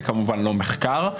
זה כמובן לא מחקר.